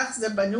כך זה בנוי,